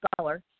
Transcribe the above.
Scholar